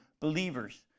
believers